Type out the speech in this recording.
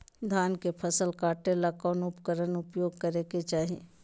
धान के फसल काटे ला कौन उपकरण उपयोग करे के चाही?